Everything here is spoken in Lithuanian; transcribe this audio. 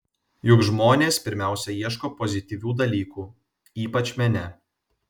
juk žmonės pirmiausia ieško pozityvių dalykų ypač mene